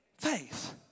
faith